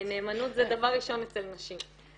נאמנות זה דבר ראשון אצל נשים.